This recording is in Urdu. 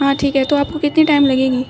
ہاں ٹھیک ہے تو آپ کو کتنی ٹائم لگے گی